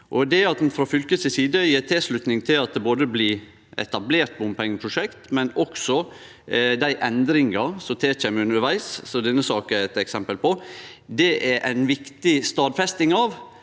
Det at ein frå fylket si side gjev tilslutning til at det blir etablert bompengeprosjekt, og også dei endringane som kjem til undervegs, som denne saka er eit eksempel på, er ei viktig stadfesting av